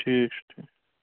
ٹھیٖک چھُ ٹھیٖک